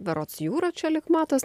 berods jūra čia lyg matos